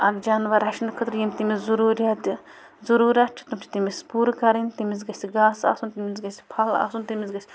اَکھ جانوَر رَچھنہٕ خٲطرٕ یِم تٔمِس ضٔروٗریاتہِ ضٔروٗرَت چھِ تم چھِ تٔمِس پوٗرٕ کَرٕنۍ تٔمِس گژھِ گاسہٕ آسُن تٔمِس گژھِ پھَل آسُن تٔمِس گژھِ